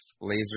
laser